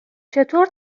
چطور